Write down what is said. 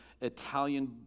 Italian